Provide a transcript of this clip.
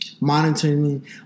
Monitoring